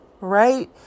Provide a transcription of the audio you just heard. right